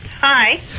Hi